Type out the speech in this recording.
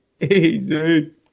Easy